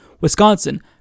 Wisconsin